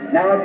Now